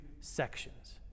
sections